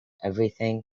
everything